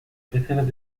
especiales